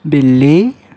बिल्ली